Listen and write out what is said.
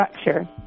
structure